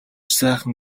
сайхан